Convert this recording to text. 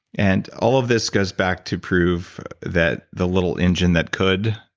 and all of this goes back to prove that the little engine that could,